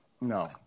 No